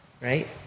right